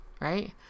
right